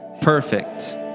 perfect